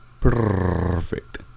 perfect